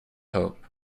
hope